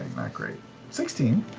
great sixteen.